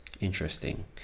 interesting